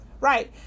Right